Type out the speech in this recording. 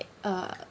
uh